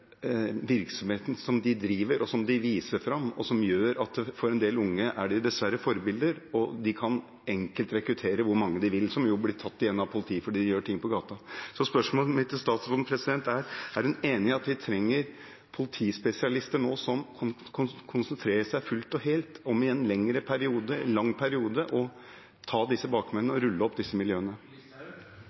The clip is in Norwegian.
virksomheten de bedriver, som de viser fram og som gjør at de for en del unge dessverre er forbilder og på den måten enkelt kan rekruttere så mange unge de vil, som så blir tatt av politiet fordi de gjør ting på gata. Spørsmålet mitt til statsråden er: Er hun enig i at vi trenger politispesialister nå som kan konsentrere seg fullt og helt – i en lang periode – om å ta disse bakmennene og rulle opp disse miljøene?